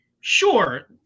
sure